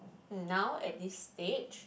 um now at this stage